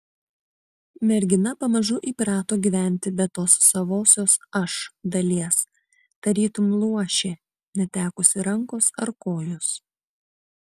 mergina pamažu įprato gyventi be tos savosios aš dalies tarytum luošė netekusi rankos ar kojos